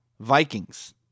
Vikings